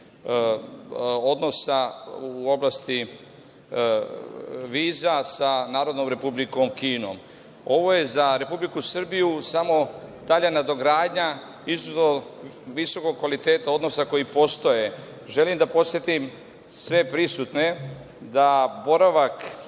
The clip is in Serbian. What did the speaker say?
odnosa u oblasti viza sa Narodnom Republikom Kinom. Ovo je za Republiku Srbiju samo dalja nadogradnja visokog kvaliteta odnosa koji postoje. Želim da podsetim sve prisutne da boravak